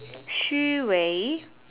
Xu Wei